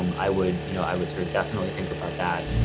um i would you know i would sort of definitely think about that.